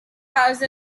house